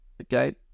okay